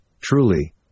truly